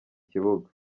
kibuga